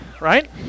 Right